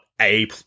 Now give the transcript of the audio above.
a-